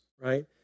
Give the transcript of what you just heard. right